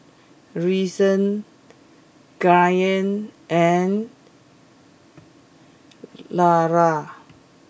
Reason Grant and Lara